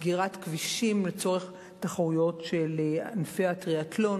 סגירת כבישים לצורך תחרויות של ענפי הטריאתלון